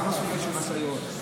כמה סוגים של משאיות,